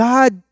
God